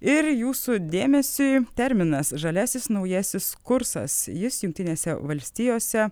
ir jūsų dėmesiui terminas žaliasis naujasis kursas jis jungtinėse valstijose